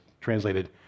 translated